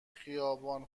خیابان